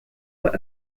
were